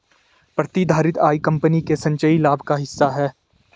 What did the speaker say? प्रतिधारित आय कंपनी के संचयी लाभ का हिस्सा है